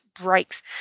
breaks